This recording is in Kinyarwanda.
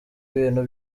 ibintu